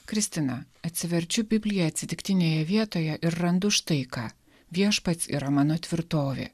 kristina atsiverčiu bibliją atsitiktinėje vietoje ir randu štai ką viešpats yra mano tvirtovė